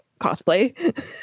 cosplay